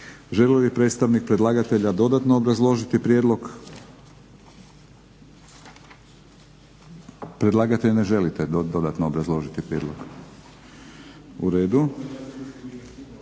Želi li predstavnik predlagatelja dodatno obrazložiti prijedlog? Predlagatelj ne želite dodatno obrazložiti prijedlog. U redu.